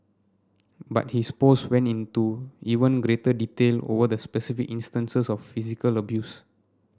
but his post went into even greater detail over the specific instances of physical abuse